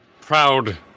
proud